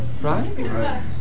Right